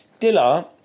Dilla